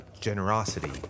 generosity